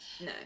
No